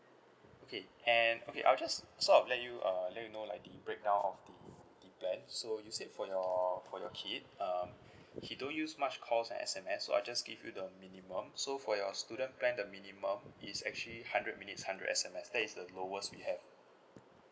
okay and okay I'll just sort of let you uh let you know like the break down of the the plan so you said for your for your kid um he don't use much calls and S_M_S so I just give you the minimum so for your student plan the minimum is actually hundred minutes hundred S_M_S that is the lowest we have